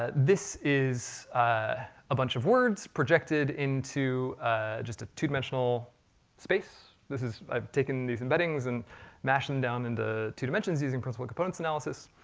ah this is a bunch of words, projected into just a two-dimensional space. this is, i've taken these embeddings and mashed them down into two dimensions using principle of components analysis,